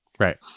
Right